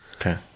Okay